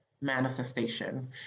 manifestation